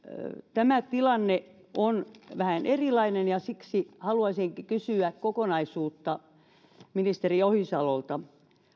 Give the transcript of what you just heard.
tämä tilanne on vähän erilainen ja siksi haluaisinkin kysyä kokonaisuutta ministeri ohisalolta